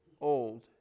old